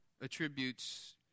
attributes